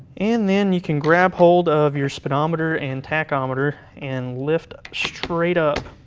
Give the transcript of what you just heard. and then you can grab hold of your speedometer and tachometer and lift straight up.